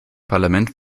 parlament